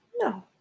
no